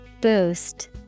Boost